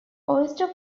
oyster